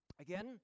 Again